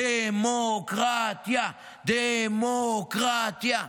ד-מו-ק-ר-ט-יה, ד-מו-ק-ר-ט-יה.